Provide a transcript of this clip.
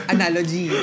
Analogy